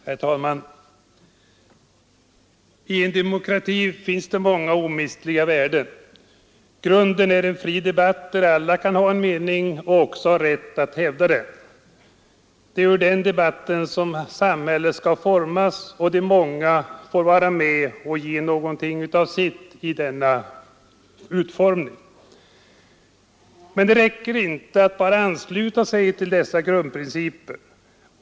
Herr talman! I en demokrati finns många omistliga värden. Grunden är en fri debatt där alla kan ha en mening och också har rätt att hävda den. Det är ur den debatten som samhället skall formas av de många och med de mångas medverkan. Men det räcker inte med att bara ansluta sig till dessa grundprinciper.